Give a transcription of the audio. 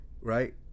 right